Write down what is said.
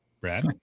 Brad